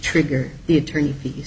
trigger the attorney fees